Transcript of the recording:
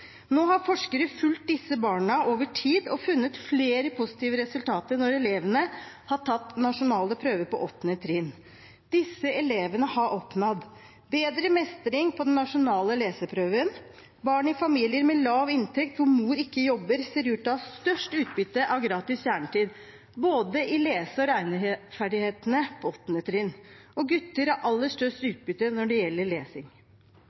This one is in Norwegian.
Nå har forskere fulgt disse barna over tid og funnet flere positive resultater når elevene har tatt nasjonale prøver på 8. trinn. Disse elevene har oppnådd bedre mestring på den nasjonale leseprøven. Barn i familier med lav inntekt hvor mor ikke jobber, ser ut til å ha størst utbytte av gratis kjernetid, med tanke på både lese- og regneferdighetene på 8. trinn, og gutter har aller størst utbytte når det gjelder lesing.